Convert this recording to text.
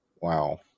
wow